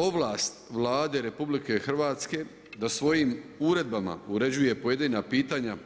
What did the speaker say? Ovlast Vlade RH da svojim uredbama uređuje pojedina pitanja